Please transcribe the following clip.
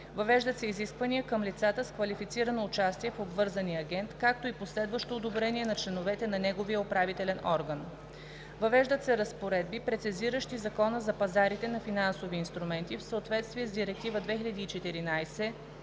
въвеждат се изисквания към лицата с квалифицирано участие в обвързания агент, както и последващо одобрение на членовете на неговия управителен орган; - въвеждат се разпоредби, прецизиращи Закона за пазарите на финансови инструменти в съответствие с Директива